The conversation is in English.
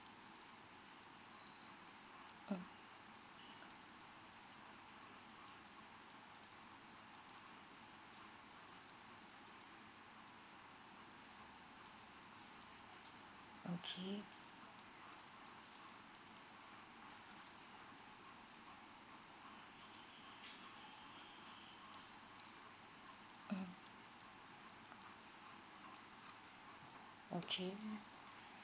mm okay mm okay